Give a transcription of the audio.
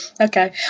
okay